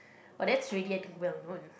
but that's already I think well known